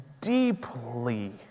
deeply